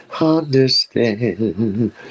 understand